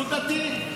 ציונות דתית,